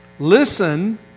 Listen